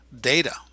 data